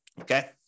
Okay